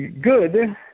good